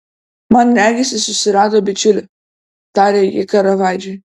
man regis jis susirado bičiulį tarė ji karavadžui